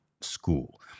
school